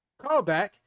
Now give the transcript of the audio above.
callback